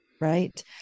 right